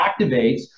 activates